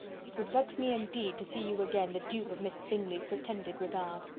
it would vex me, indeed, to see you again the dupe of miss bingley's pretended regard.